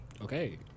Okay